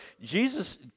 Jesus